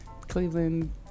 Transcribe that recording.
Cleveland